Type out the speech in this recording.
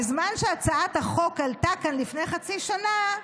בזמן שהצעת החוק עלתה כאן לפני חצי שנה,